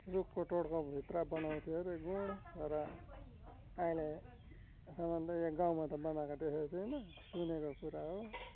रुखको टोड्काभित्र बनाउँथ्यो अरे गुँड र अहिलेसम्म त यो गाउँमा त बनाएको देखेको छैन सुनेको कुरा हो